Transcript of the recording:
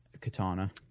katana